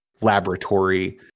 laboratory